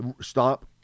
stop